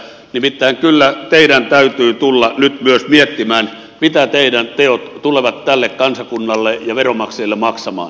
nimittäin kyllä teidän täytyy tulla nyt myös miettimään mitä teidän teot tulevat tälle kansakunnalle ja veronmaksajille maksamaan